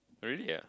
really ah